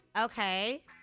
Okay